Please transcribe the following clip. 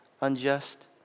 unjust